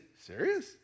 Serious